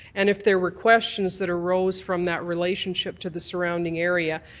and if there were questions that arose from that relationship to the surrounding area,